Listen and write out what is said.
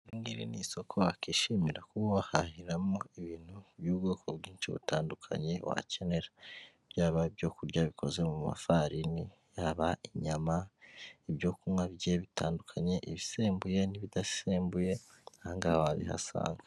Iri ngiri ni isoko wakwishimira kuba wahahiramo ibintu by'ubwoko bwinshi butandukanye wakenera, byaba ibyo kurya bikoze mu mafarini, yaba inyama, ibyo kunywa bigiye bitandukanye, ibisembuye n'ibidasembuye aha ngaha wabihasanga.